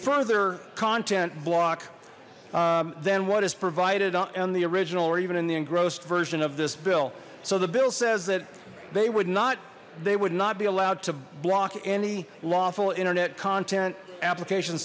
further content block than what is provided and the original or even in the engrossed version of this bill so the bill says that they would not they would not be allowed to block any lawful internet content application